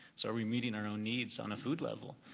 so are we meeting our own needs on a food level?